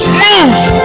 move